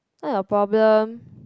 not your problem